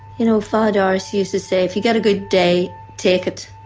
you know, father darcy used to say, if you get a good day, take it.